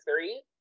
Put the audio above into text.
three